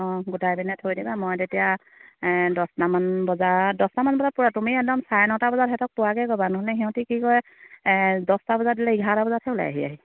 অঁ গোটাই পিনে থৈ দিবা মই তেতিয়া দহটামান বজাত দহটামান বজাৰপৰা তুমি একদম চাৰে নটা বজাত সিহঁতক পোৱাকৈ ক'বা নহ'লে সিহঁতি কি কৰে দহটা বজাত দিলে এঘাৰটা বজাতহে ওলাইহি আহি